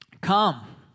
come